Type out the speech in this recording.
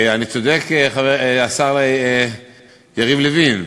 אני צודק, השר יריב לוין?